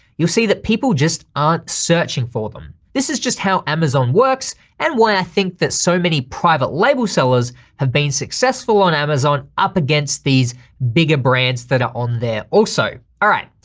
you'll see that people just aren't searching for them. this is just how amazon works and why i think that so many private label sellers have been successful on amazon up against these bigger brands that are on there also. all right,